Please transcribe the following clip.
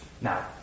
Now